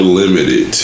limited